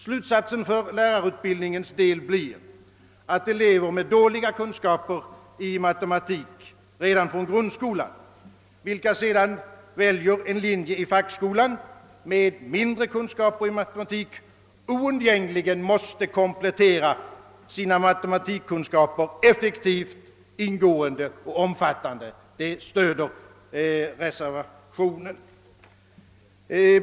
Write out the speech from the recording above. Slutsatsen för lärarutbildningens del blir, att elever med dåliga kunskaper i matematik redan från grundskolan, vilka sedan väljer en linje i fackskolan med mindre kurs i matematik, oundgängligen måste komplettera sina matematikkunskaper effektivt, ingående och omfattande. Det stöder reservationen.